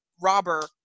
robber